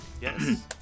Yes